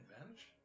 advantage